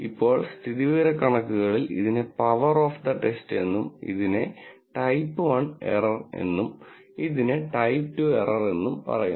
ഇപ്പോൾ സ്ഥിതിവിവരക്കണക്കുകളിൽ ഇതിനെ പവർ ഓഫ് ദ ടെസ്റ്റ് എന്നും ഇതിനെ ടൈപ്പ് വൺ എറർ എന്നും ടൈപ്പ് ടു എറർ എന്നും പറയുന്നു